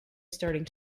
starting